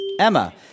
Emma